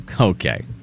Okay